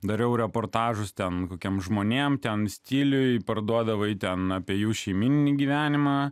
dariau reportažus ten kokiems žmonėms ten stiliui parduodavai ten apie jų šeimyninį gyvenimą